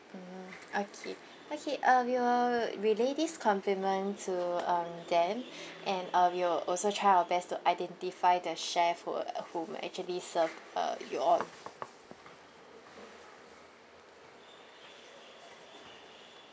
mm okay okay uh we will relay this compliment to um them and uh we'll also try our best to identify the chef who uh whom actually served uh you all